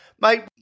Mate